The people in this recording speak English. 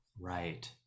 Right